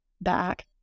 back